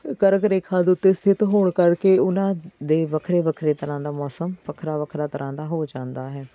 ਕਰਕ ਰੇਖਾ ਦੇ ਉੱਤੇ ਸਥਿਤ ਹੋਣ ਕਰਕੇ ਉਹਨਾਂ ਦੇ ਵੱਖਰੇ ਵੱਖਰੇ ਤਰ੍ਹਾਂ ਦਾ ਮੌਸਮ ਵੱਖਰਾ ਵੱਖਰਾ ਤਰ੍ਹਾਂ ਦਾ ਹੋ ਜਾਂਦਾ ਹੈ